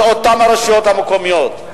זה אותן הרשויות המקומיות,